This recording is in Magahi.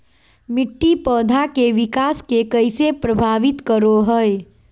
मिट्टी पौधा के विकास के कइसे प्रभावित करो हइ?